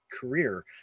career